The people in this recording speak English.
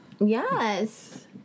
Yes